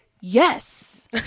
yes